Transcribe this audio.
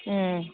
ꯎꯝ